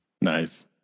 Nice